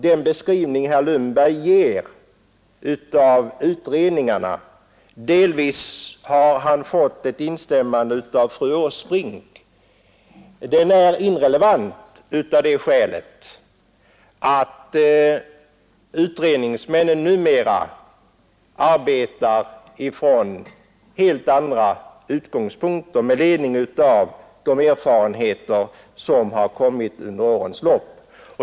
Den beskrivning herr Lundberg ger av utredningarna — delvis med instämmande av fru Åsbrink — är emellertid irrelevant av det skälet att utredningsmännen numera arbetar från helt andra utgångspunkter med ledning av de erfarenheter som man gjort under årens lopp.